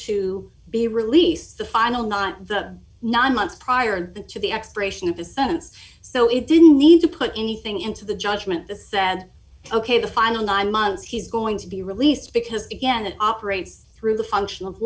to be released the final not the nine months prior to the expiration of the sentence so it didn't need to put anything into the judgment the said ok the final nine months he's going to be released because again it operates through the function